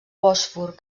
bòsfor